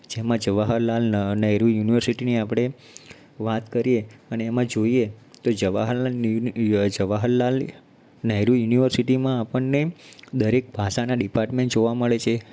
જેમાં જવાહરલાલ નહેરુ યુનિવર્સિટીની આપણે વાત કરીએ અને એમાં જોઈએ તો જવાહરલાલ ન્યુ જવાહરલાલ નહેરુ યુનિવર્સિટીમાં આપણને દરેક ભાષાના ડિપાર્ટમેન્ટ જોવા મળે છે